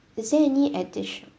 is there any addition